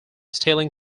stealing